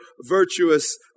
virtuous